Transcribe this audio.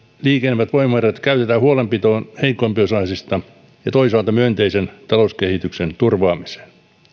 liikenevät voimavarat käytetään heikompiosaisista huolenpitoon ja toisaalta myönteisen talouskehityksen turvaamiseen